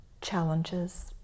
challenges